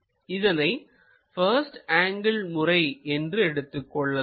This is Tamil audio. இதனை பஸ்ட் ஆங்கிள் முறை என்று எடுத்துக் கொள்ளலாம்